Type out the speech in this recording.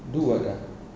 do what ah